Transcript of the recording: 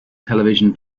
television